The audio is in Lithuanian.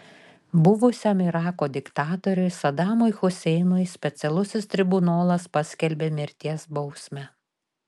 buvusiam irako diktatoriui sadamui huseinui specialusis tribunolas paskelbė mirties bausmę